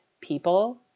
people